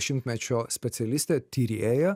šimtmečio specialistė tyrėja